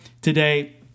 today